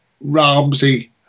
Ramsey